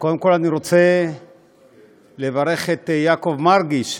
קודם כול אני רוצה לברך את יעקב מרגי,